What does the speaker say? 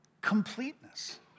completeness